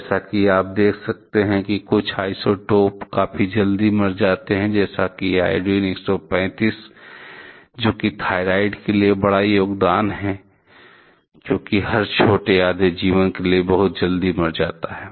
जैसा कि आप देख सकते हैं कि कुछ आइसोटोप काफी जल्दी मर जाते हैं जैसे कि आयोडीन 131 iodine 131 जो कि थायराइड के लिए बड़ा योगदान है क्योंकि हर छोटे आधे जीवन में यह बहुत जल्दी मर जाता है